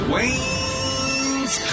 Wayne's